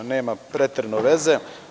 Nema preterano veze.